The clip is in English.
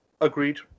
Agreed